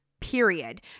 period